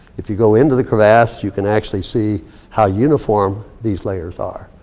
if you go into the crevasse, you can actually see how uniform these layers are.